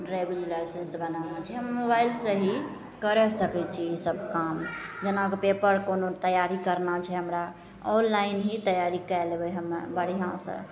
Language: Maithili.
ड्राइविन्ग लाइसेन्स बनाना छै हम मोबाइलसे ही करै सकै छी ईसब काम जेनाकि कोनो पेपर कोनो तैआरी करना छै हमरा ऑनलाइन ही तैआरी कै लेबै हमे बढ़िआँसे